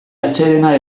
atsedena